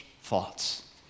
thoughts